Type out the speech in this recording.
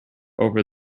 over